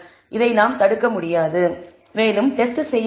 இதை நாம் தடுக்க முடியாது மேலும் டெஸ்ட் செய்ய வேண்டும்